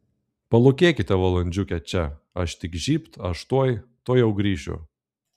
palūkėkite valandžiukę čia aš tik žybt aš tuoj tuojau grįšiu